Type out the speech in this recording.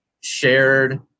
shared